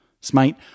Smite